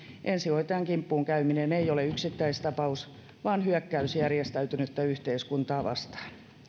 ensihoitajan kimppuun käyminen ei ole yksittäistapaus vaan hyökkäys järjestäytynyttä yhteiskuntaa vastaan